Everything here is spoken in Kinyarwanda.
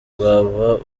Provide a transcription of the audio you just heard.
rwaba